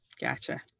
gotcha